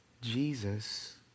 Jesus